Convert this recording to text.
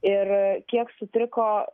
ir kiek sutriko